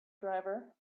driver